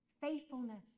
Faithfulness